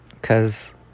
Cause